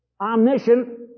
omniscient